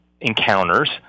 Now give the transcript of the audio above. encounters